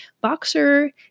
Boxer